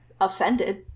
offended